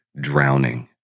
Drowning